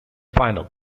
final